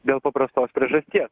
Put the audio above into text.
dėl paprastos priežasties